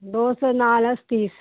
ਦੋਸਤ ਨਾਲ ਆ ਸਤੀਸ਼